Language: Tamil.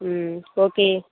ம் ஓகே